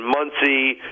Muncie